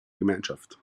gemeinschaft